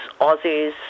Aussies